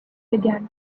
began